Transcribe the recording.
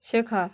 শেখা